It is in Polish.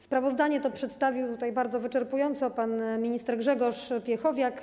Sprawozdanie to przedstawił bardzo wyczerpująco pan minister Grzegorz Piechowiak.